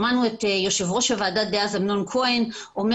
שמענו את יושב ראש הוועדה דאז אמנון כהן אומר